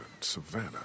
Savannah